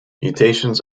mutations